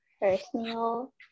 personal